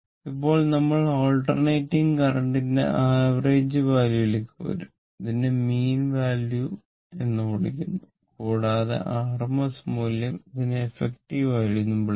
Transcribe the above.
ഇപ്പോൾ നമ്മൾ alternating current ന്റെ ആവറേജ് വാല്യൂക് വരും ഇതിനെ മീൻ വാല്യൂ എന്നും വിളിക്കുന്നു കൂടാതെ ആർഎംഎസ് മൂല്യം ഇതിനെ എഫക്റ്റീവ് വാല്യൂ എന്നും വിളിക്കുന്നു